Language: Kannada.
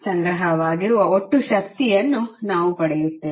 ಸಂಗ್ರಹವಾಗಿರುವ ಒಟ್ಟು ಶಕ್ತಿಯನ್ನು ನಾವು ಪಡೆಯುತ್ತೇವೆ